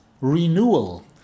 renewal